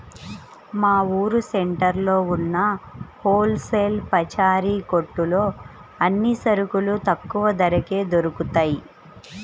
మా ఊరు సెంటర్లో ఉన్న హోల్ సేల్ పచారీ కొట్టులో అన్ని సరుకులు తక్కువ ధరకే దొరుకుతయ్